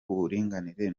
uburinganire